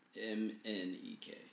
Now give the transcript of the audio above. M-N-E-K